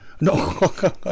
no